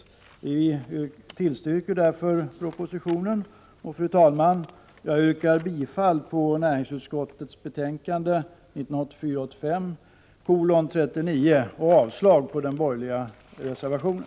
Vi tillstyrker därför propositionens förslag. Fru talman! Jag yrkar bifall till hemställan i näringsutskottets betänkande 1984/85:39 och avslag på den borgerliga reservationen.